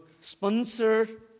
sponsor